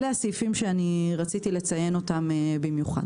אלה הסעיפים שרציתי לציין אותם במיוחד.